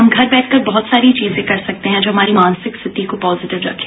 हम घर बैठकर बहत सारी चीजें कर सकते है जो हमारी मानसिक स्थिति को पॉजिटिव रखे